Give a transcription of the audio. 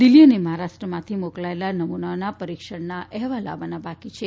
દિલ્હી અને મહારાષ્ટ્રમાંથી મોકલાયેલા નમુનાઓના પરીક્ષણના અહેવાલ આવવાના બાકી છે